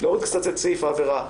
להוריד קצת את סעיף העבירה,